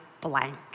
blank